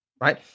Right